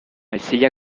essaya